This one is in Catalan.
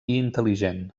intel·ligent